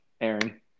Aaron